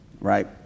Right